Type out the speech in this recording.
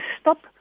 stop